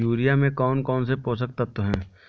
Urea में कौन कौन से पोषक तत्व है?